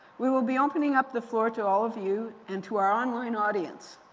we will be opening up the floor to all of you and to our online audience.